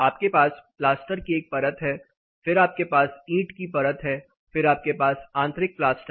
आपके पास प्लास्टर की एक परत है फिर आपके पास ईंट की परत है फिर आपके पास आंतरिक प्लास्टर है